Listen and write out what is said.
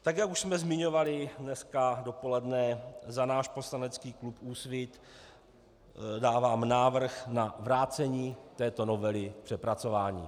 Tak jak už jsme zmiňovali dneska dopoledne, za náš poslanecký klub Úsvit dávám návrh na vrácení této novely k přepracování.